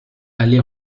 aller